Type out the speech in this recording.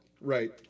Right